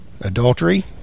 adultery